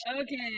Okay